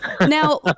now